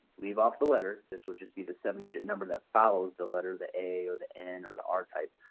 leave off the letter, this will just be the seven digit number that follows the letter, the a or the n or the r type,